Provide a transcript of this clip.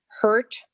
hurt